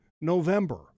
November